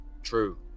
true